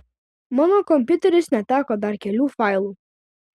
mano kompiuteris neteko dar kelių failų